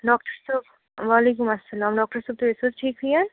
doctor صٲب وعلیکُم اسلام ڈاکٹر صٲب تُہۍ ٲسِو حظ ٹھیٖکھٕے حظ